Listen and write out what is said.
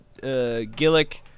Gillick